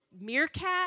meerkat